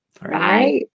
right